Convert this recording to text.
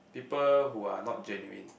people who are not genuine